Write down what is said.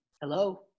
Hello